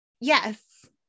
Yes